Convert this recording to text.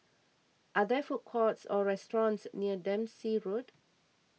are there food courts or restaurants near Dempsey Road